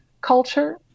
culture